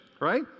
right